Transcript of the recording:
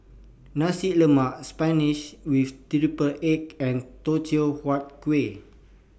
Nasi Lemak Spinach with Triple Egg and Teochew Huat Kuih